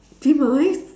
demise